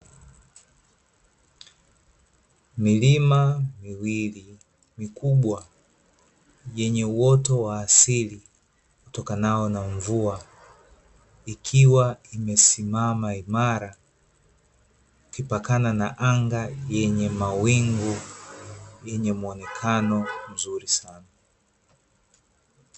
Milima miwili mikubwa yenye uoto wa asili utokanao na mvua ikiwa imesimama imara ukipakana na anga yenye mawingu yenye muonekano mzuri sana.